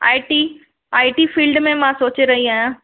I T I T field में मां सोचे रही आहियां